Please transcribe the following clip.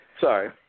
Sorry